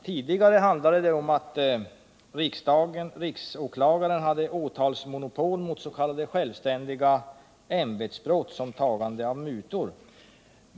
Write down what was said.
Tidigare hade riksåklagaren åtalsmonopol vid s.k. självständigt ämbetsbrott, som tagande av mutor.